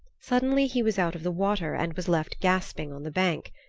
suddenly he was out of the water and was left gasping on the bank.